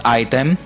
item